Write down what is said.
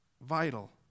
vital